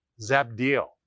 Zabdiel